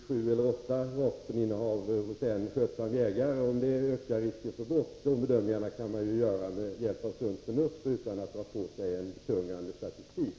Herr talman! Göte Jonsson undrar om det faktum att en skötsam jägare har sex, sju eller åtta vapen ökar risken för brott. Dessa bedömningar kan man ju göra med hjälp av sunt förnuft och utan att myndigheterna tar på sig en betungande statistik.